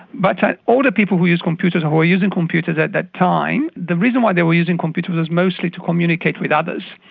but in older people we use computers who were using computers at that time, the reason why they were using computers was mostly to communicate with others,